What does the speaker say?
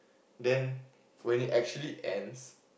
then when it actually ends